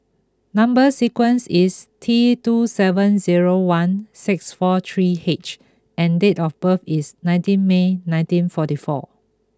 number sequence is T two seven zero one six four three H and date of birth is nineteen May nineteen forty four